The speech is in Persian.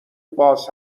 باز